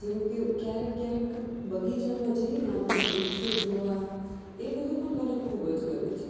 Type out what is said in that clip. જેમકે ક્યારેક ક્યારેક બગીચામાં જઈને આ બધા વૃક્ષો જોવા એ બધું પણ મને ખૂબ જ ગમે છે